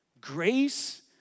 Grace